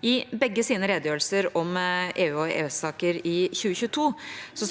I begge sine redegjørelser om EU- og EØS-saker i 2022